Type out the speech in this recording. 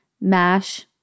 mash